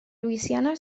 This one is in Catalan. louisiana